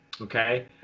okay